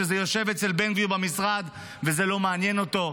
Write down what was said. שזה יושב אצל בן גביר במשרד וזה לא מעניין אותו.